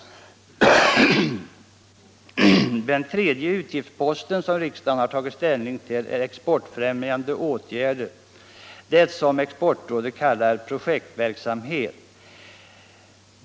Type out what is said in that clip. Den tredje utgiftsposten, som riksdagen har tagit ställning till, är exportfrämjande åtgärder, det som Exportrådet kallar projektverksamhet.